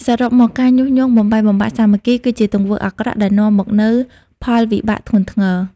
សរុបមក ការញុះញង់បំបែកបំបាក់សាមគ្គី គឺជាទង្វើអាក្រក់ដែលនាំមកនូវផលវិបាកធ្ងន់ធ្ងរ។